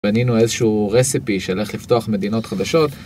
בנינו איזשהו רסיפי של איך לפתוח מדינות חדשות.